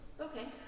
Okay